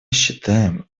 считаем